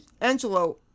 Angelo